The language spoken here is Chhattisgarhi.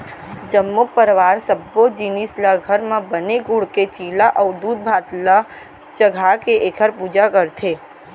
जम्मो परवार सब्बो जिनिस ल घर म बने गूड़ के चीला अउ दूधभात ल चघाके एखर पूजा करथे